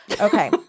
Okay